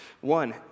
One